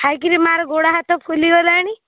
ଖାଇକିରି ମା'ର ଗୋଡ଼ହାତ ଫୁଲି ଗଲାଣି